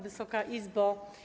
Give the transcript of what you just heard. Wysoka Izbo!